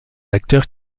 acteurs